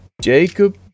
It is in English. Jacob